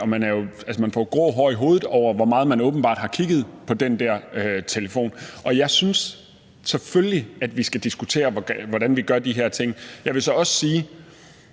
og man får jo grå hår i hovedet over, hvor meget man åbenbart har kigget på den der telefon. Jeg synes selvfølgelig, at vi skal diskutere, hvordan vi gør de her ting. Jeg vil så også sige,